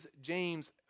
James